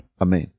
Amen